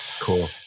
cool